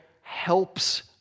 helps